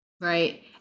Right